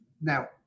Now